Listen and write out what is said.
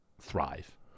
thrive